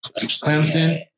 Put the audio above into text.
Clemson